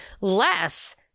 less